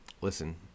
Listen